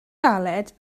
galed